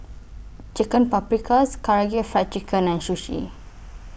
Chicken Paprikas Karaage Fried Chicken and Sushi